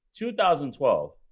2012